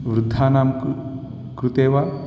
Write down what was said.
वृद्धानां क् कृते वा